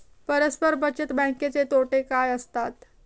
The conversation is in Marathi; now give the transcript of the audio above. परस्पर बचत बँकेचे तोटे काय असतात?